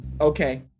Okay